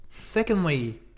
Secondly